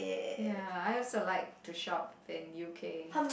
ya I also like to shop in U_K